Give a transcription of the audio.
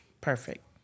perfect